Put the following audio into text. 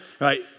Right